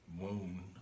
wound